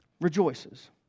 Rejoices